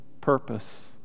purpose